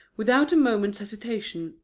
without a moment's hesitation,